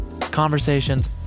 Conversations